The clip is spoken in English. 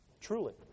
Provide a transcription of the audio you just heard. truly